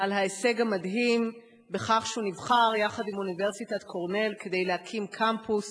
על ההישג המדהים בכך שהוא נבחר יחד עם אוניברסיטת קורנל להקים קמפוס